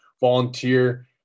volunteer